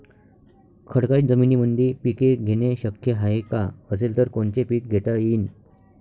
खडकाळ जमीनीमंदी पिके घेणे शक्य हाये का? असेल तर कोनचे पीक घेता येईन?